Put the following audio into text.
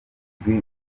buzwi